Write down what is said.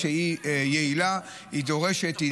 ודאי שזו אינה מערכת יעילה, היא מתעכבת,